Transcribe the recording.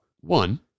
One